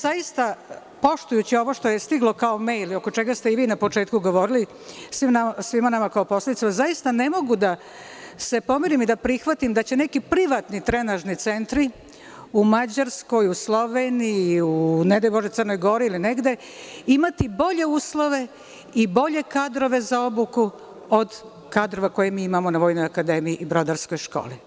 Zaista, poštujući ovo što je stiglo kao mejl i oko čega ste vi na početku govorili svima nama kao poslanicima, ne mogu da se pomirim i da prihvatim da će neki privatni trenažni centri u Mađarskoj, Sloveniji, ne daj Bože, Crnoj Gori imati bolje uslove i bolje kadrove za obuku od kadrova koje mi imamo na Vojnoj akademiji i Brodarskoj školi.